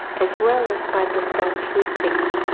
as well as by the thoughts we think.